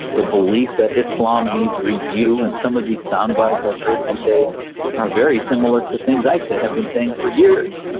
the belief that islam needs review, and some of these soundbites i have heard him say are very similar to things i have been saying for years.